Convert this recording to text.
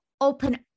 open